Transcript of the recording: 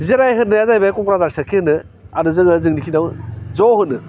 जिराय होन्नाया जाहैबाय क'क्राझार साइटखौ होनो आरो जोङो जोंनि खिनियाव ज' होनो